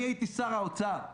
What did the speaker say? אני הייתי שר האוצר.